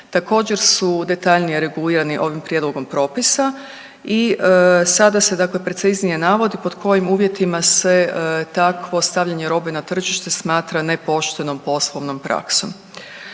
Također su detaljnije regulirani ovim prijedlogom propisa i sada se dakle preciznije navodi pod kojim uvjetima se takvo stavljanje robe na tržište smatra nepoštenom poslovnom praksom.